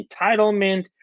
entitlement